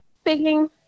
Speaking